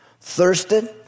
thirsted